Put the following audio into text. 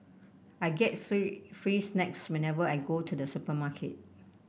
I get free free snacks whenever I go to the supermarket